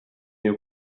you